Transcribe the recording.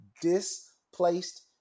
displaced